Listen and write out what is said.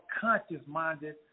conscious-minded